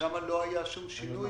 שם לא היה שום שינוי.